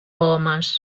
homes